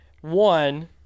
one